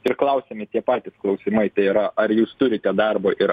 ir klausiami tie patys klausimai tai yra ar jūs turite darbo ir